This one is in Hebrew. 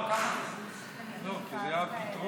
לא ככה, לא, כי זה הפתרון.